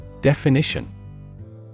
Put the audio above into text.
Definition